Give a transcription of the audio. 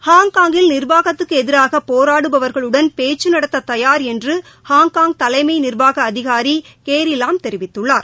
ஹாங்காங்கில் நிர்வாகத்துக்கு எதிராக போராடுபவர்களுடன் பேச்சு நடத்த தயார் என்று ஹாங்காங் தலைமை நிர்வாக அதிகாரி கேரி லாம் அறிவித்துள்ளார்